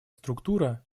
структура